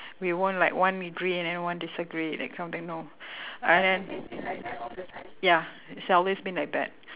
we won't like one agree and then one disagree that kind of thing no I am ya it's always been like that